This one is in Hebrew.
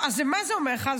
מה זה אומר לך?